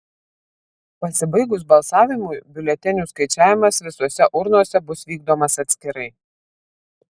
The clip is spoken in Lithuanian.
pasibaigus balsavimui biuletenių skaičiavimas visose urnose bus vykdomas atskirai